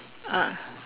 ah